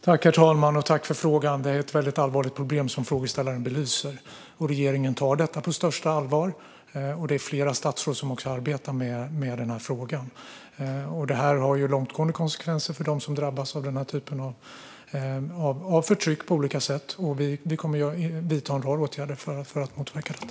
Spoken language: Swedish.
Herr talman! Jag tackar för frågan. Det är ett väldigt allvarligt problem som frågeställaren belyser. Regeringen tar detta på största allvar, och det är flera statsråd som arbetar med denna fråga. Detta får långtgående konsekvenser för dem som drabbas av denna typ av förtryck på olika sätt. Vi kommer att vidta en rad åtgärder för att motverka detta.